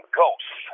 ghosts